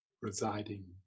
residing